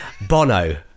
Bono